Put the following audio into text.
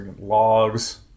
logs